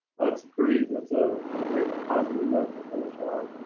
that's great, that's a ah great positive note to finish on.